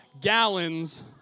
gallons